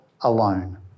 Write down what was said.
alone